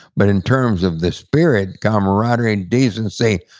but in terms of the spirit, camaraderie, and decency,